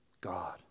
God